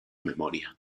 memoria